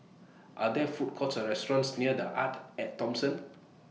Are There Food Courts Or restaurants near The Arte At Thomson